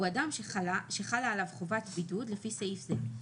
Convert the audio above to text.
הוא אדם שחלה עליו חובת בידוד לפי סעיף זה,